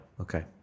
Okay